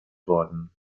worden